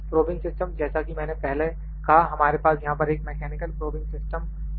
• probing system जैसा कि मैंने पहले कहा हमारे पास यहां पर एक मेकैनिकल प्रॉबिंग सिस्टम है